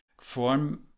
form